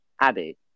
Abby